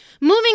moving